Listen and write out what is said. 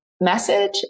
message